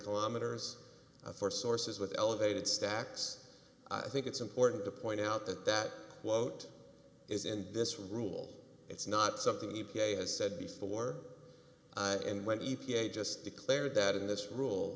kilometers for sources with elevated stacks i think it's important to point out that that quote is in this rule it's not something e p a has said before and went e t a just declared that in this rule